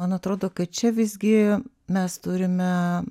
man atrodo kad čia visgi mes turime